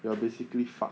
you are basically fucked